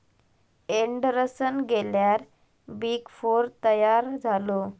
Anderson गेल्यार big four तयार झालो